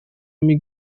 men